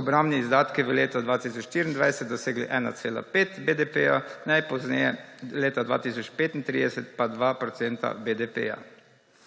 obrambni izdatki v letu 2024 dosegli 1,5 BDP, najpozneje leta 2035 pa 2